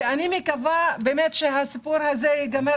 ואני מקווה באמת שהסיפור הזה ייגמר